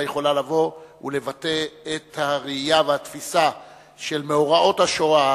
היכולה לבוא ולבטא את הראייה והתפיסה של מאורעות השואה,